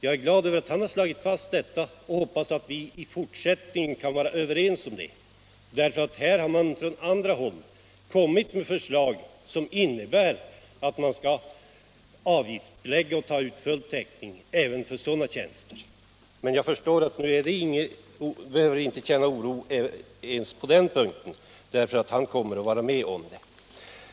Jag hoppas att vi i fortsättningen kan vara överens om detta. Det har kommit förslag från andra håll som innebär att nämnderna skall avgiftsbelägga och ta ut full täckning även för sådana tjänster. Men jag förstår att jag inte behöver känna oro ens på den punkten, eftersom herr Strömberg kommer att vara med om att slå vakt om den nuvarande ordningen.